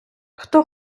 хто